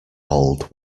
hold